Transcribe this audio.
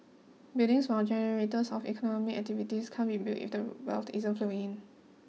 buildings while generators of economic activity can't be built if the wealth isn't flowing in